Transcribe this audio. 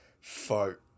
Fuck